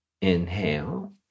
Inhale